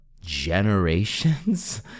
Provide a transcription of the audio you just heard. generations